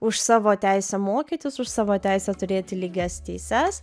už savo teisę mokytis už savo teisę turėti lygias teises